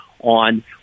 on